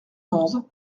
onze